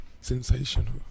Sensational